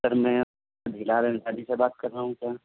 سر میں بلال انصاری سے بات کر رہا ہوں کیا